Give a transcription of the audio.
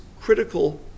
critical